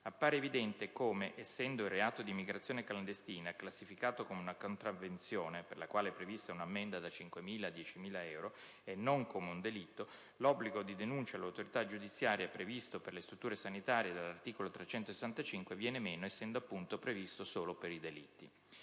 appare evidente come, essendo il reato di immigrazione clandestina classificato come una contravvenzione (per la quale è prevista un ammenda da 5.000 a 10.000 euro) e non come un delitto, l'obbligo di denuncia all'autorità giudiziaria, previsto per le strutture sanitarie dall'articolo 365 del codice penale, viene meno, essendo appunto previsto solo per i delitti;